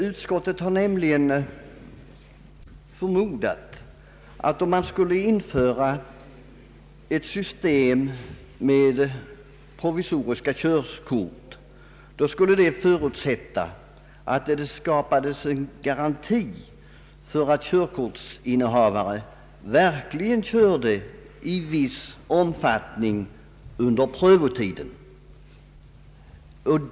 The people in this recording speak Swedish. Utskottet har nämligen förmodat att om man skulle införa ett system med provisoriska körkort skulle detta förutsätta att det skapades garanti för att körkortsinnehavare verkligen körde i viss omfattning under prövotiden.